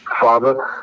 Father